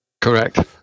correct